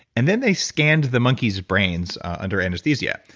and then they scanned the monkeys brains under anesthesia,